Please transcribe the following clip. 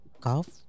Golf